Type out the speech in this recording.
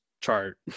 chart